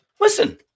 Listen